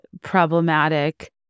problematic